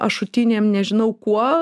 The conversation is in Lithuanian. ašutinėm nežinau kuo